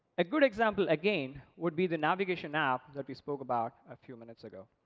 a good example, again, would be the navigation app that we spoke about a few minutes ago.